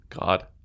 god